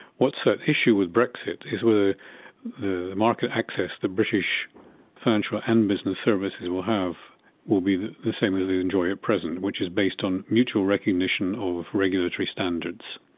what's at issue with brexit is whether the market access, the british financial and business services will have will be the the same as they enjoy at present, which is based on mutual recognition of regulatory standards.